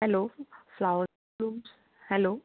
hello flower तूं hello